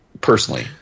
personally